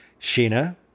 Sheena